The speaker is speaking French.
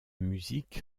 musique